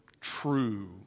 true